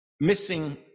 Missing